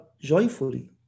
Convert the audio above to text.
joyfully